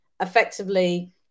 effectively